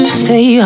stay